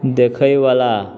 देखयवला